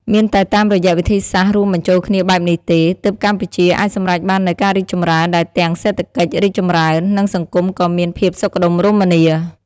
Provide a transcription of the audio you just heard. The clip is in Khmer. មានតែតាមរយៈវិធីសាស្រ្តរួមបញ្ចូលគ្នាបែបនេះទេ ទើបកម្ពុជាអាចសម្រេចបាននូវការរីកចម្រើនដែលទាំងសេដ្ឋកិច្ចរីកចម្រើន និងសង្គមក៏មានភាពសុខដុមរមនា។